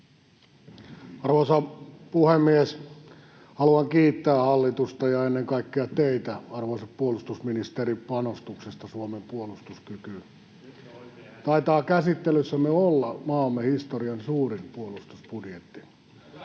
Arvoisa puhemies! Haluan kiittää hallitusta ja ennen kaikkea teitä, arvoisa puolustusministeri, panostuksesta Suomen puolustuskykyyn. [Mikko Savola: Nyt on oikea ääni kellossa!] Taitaa käsittelyssämme olla maamme historian suurin puolustusbudjetti.